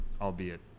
albeit